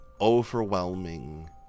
overwhelming